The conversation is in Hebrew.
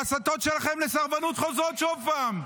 ההסתות שלכם לסרבנות חוזרות עוד פעם.